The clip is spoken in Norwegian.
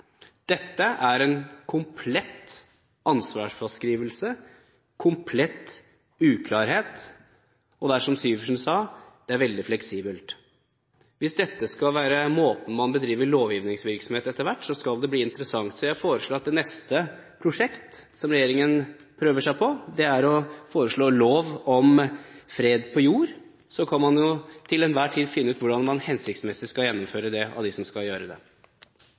Dette er en komplett ansvarsfraskrivelse, komplett uklarhet, og det er som representanten Syversen sa, veldig fleksibelt. Hvis dette skal være måten man bedriver lovgivningsvirksomhet på etter hvert, skal det bli interessant. Så jeg foreslår at det neste prosjekt som regjeringen prøver seg på, er å foreslå lov om fred på jord. Så kan man til enhver tid finne ut hvordan man hensiktsmessig skal gjennomføre det. Det